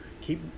keep